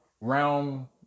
realm